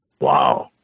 Wow